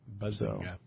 Buzzing